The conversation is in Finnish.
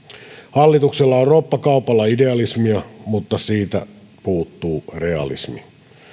hallituksella on roppakaupalla idealismia mutta siitä puuttuu realismi